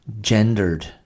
gendered